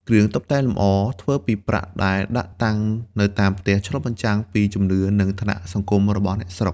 គ្រឿងតុបតែងលម្អ ធ្វើពីប្រាក់ដែលដាក់តាំងនៅតាមផ្ទះ ឆ្លុះបញ្ចាំងពីជំនឿ និងឋានៈសង្គមរបស់អ្នកស្រុក។